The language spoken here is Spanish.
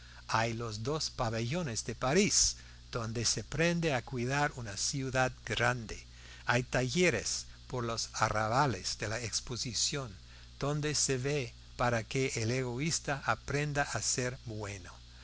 hay los dos pabellones de parís donde se aprende a cuidar una ciudad grande hay talleres por los arrabales de la exposición donde se ve para que el egoísta aprenda a ser bueno